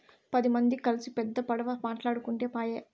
పది మంది కల్సి పెద్ద పడవ మాటాడుకుంటే పాయె